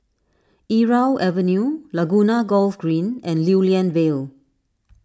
Irau Avenue Laguna Golf Green and Lew Lian Vale